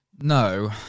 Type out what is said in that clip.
No